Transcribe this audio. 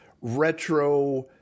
retro